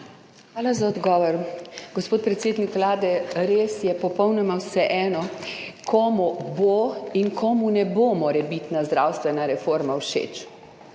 Hvala za odgovor. Gospod predsednik Vlade, res je popolnoma vseeno, komu bo in komu ne bo morebitna zdravstvena reforma všeč.